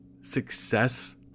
success